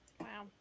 Wow